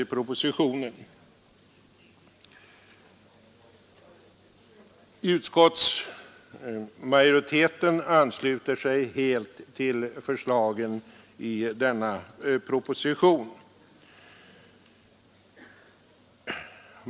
Utskottsmajoriteten ansluter sig helt till förslagen i denna proposition.